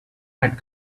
had